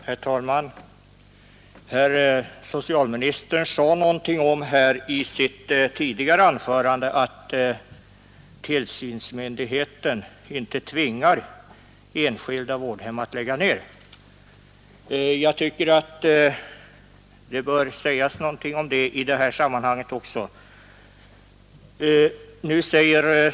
Herr talman! Socialministern sade i sitt tidigare anförande någonting om att tillsynsmyndigheten inte tvingar enskilda vårdhem att lägga ned verksamheten. Det yttrandet föranledde mig att begära ordet.